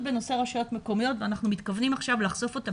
בנושא רשויות מקומיות ומתכוונים עכשיו לחשוף אותה